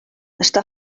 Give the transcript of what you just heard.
està